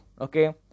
okay